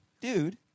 Dude